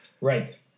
right